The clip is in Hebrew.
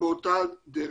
באותה דרך.